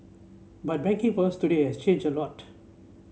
but banking for us today has changed a lot